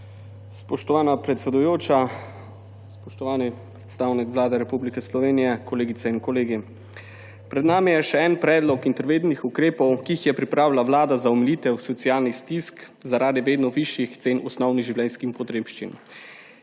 Spoštovana predsedujoča, spoštovani predstavnik Vlade Republike Slovenije, kolegice in kolegi! Pred nami je še en predlog interventnih ukrepov, ki jih je pripravila vlada za omilitev socialnih stisk zaradi vedno višjih cen osnovnih življenjskih potrebščin.